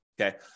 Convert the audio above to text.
Okay